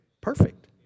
Perfect